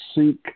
seek